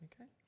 okay